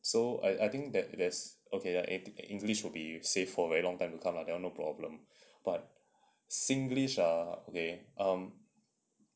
so I I think that it's okay english will be safe for very long time to come lah that one no problem but singlish ah okay um